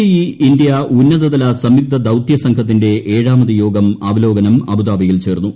E India ഉന്നതതല സംയുക്ത ദൌത്യസംഘത്തിന്റെ ഏഴാമത് യോഗം അവലോകനം അബുദാബിയിൽ ചേർന്നു